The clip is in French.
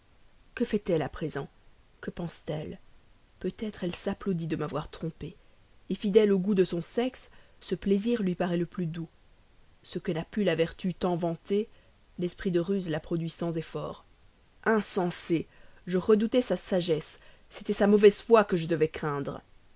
que fait-elle à présent que pense-t-elle peut-être elle s'applaudit de m'avoir trompé et fidèle aux goûts de son sexe ce plaisir lui paraît le plus doux ce que n'a pu la vertu tant vantée l'esprit de ruse l'a produit sans effort insensé je redoutais sa sagesse c'était sa mauvaise foi que je devais craindre